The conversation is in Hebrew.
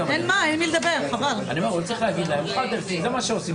לא יודעים איך עובד, לא יודעים כמה הוא תופס.